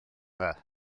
dda